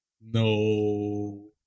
No